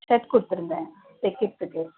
shirt கொடுத்துருந்தேன் தைக்கிறதுக்கு